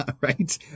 right